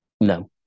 No